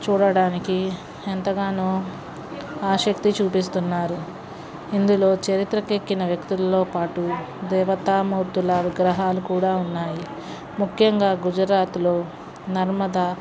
చూడటానికి ఎంతగానో ఆశక్తి చూపిస్తున్నారు ఇందులో చరిత్రకి ఎక్కిన వ్యక్తులతో పాటు దేవతా మూర్తుల విగ్రహాలు కూడా ఉన్నాయి ముఖ్యంగా గుజరాత్లో నర్మదా